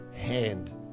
hand